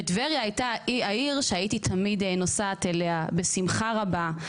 וטבריה הייתה העיר שתמיד הייתי נוסעת אליה בשמחה רבה.